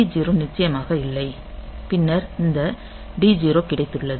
C0 நிச்சயமாக இல்லை பின்னர் இந்த D0 கிடைத்துள்ளது